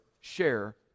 share